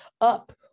up